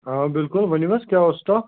آ ؤنِو حظ بِلکُل کیٛاہ اوس سِٹاک